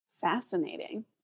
Fascinating